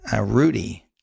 Rudy